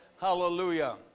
Hallelujah